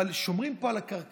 אבל שומרים פה על הקרקעות.